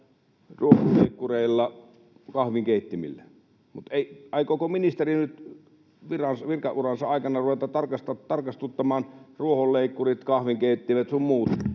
ruohonleikkureilla, kahvinkeittimillä, mutta aikooko ministeri nyt virkauransa aikana ruveta tarkastuttamaan ruohonleikkurit, kahvinkeittimet sun muut?